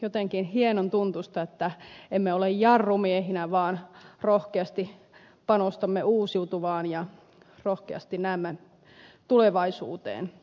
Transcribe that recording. jotenkin hienon tuntuista että emme ole jarrumiehinä vaan rohkeasti panostamme uusiutuvaan ja rohkeasti näemme tulevaisuuteen